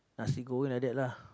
nasi-goreng like that lah